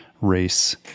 race